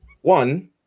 One